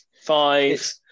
Five